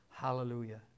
Hallelujah